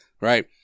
right